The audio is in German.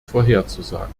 vorherzusagen